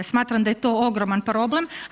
Smatram da je to ogroman problema.